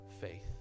faith